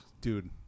dude